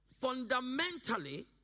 fundamentally